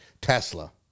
tesla